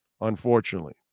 unfortunately